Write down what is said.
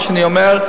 מה שאני אומר,